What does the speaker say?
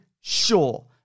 sure